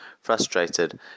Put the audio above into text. frustrated